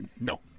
No